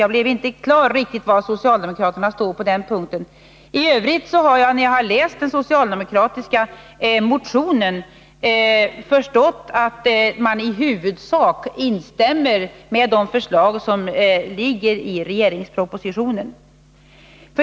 Jag blev inte riktigt på det klara med var socialdemokraterna står på den punkten. I övrigt har jag när jag läst den socialdemokratiska motionen förstått att socialdemokraterna i huvudsak instämmer i de förslag som ligger i regeringspropositionen.